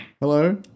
Hello